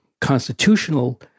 constitutional